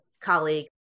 colleague